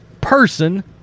person